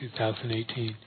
2018